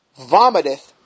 vomiteth